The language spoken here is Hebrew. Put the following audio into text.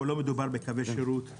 פה לא מדובר בקווי שירות,